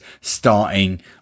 starting